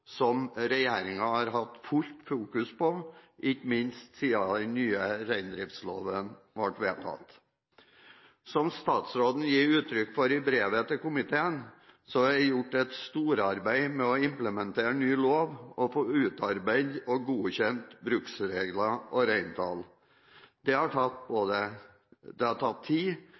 som er både reell og bekymringsfull – en situasjon regjeringen har hatt fullt fokus på, ikke minst siden den nye reindriftsloven ble vedtatt. Som statsråden gir uttrykk for i brevet til komiteen, er det gjort et storarbeid med å implementere ny lov og få utarbeidet og godkjent bruksregler og reintall. Det har tatt tid både